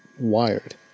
wired